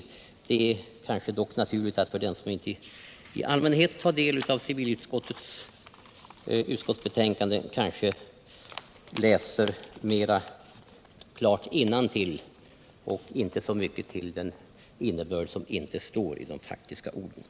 Och det är väl naturligt att den som inte i allmänhet tar del av civilutskottets betänkanden bara läser innantill och inte så mycket.ser den innebörd som inte avspeglas i det faktiska ordvalet.